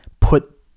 put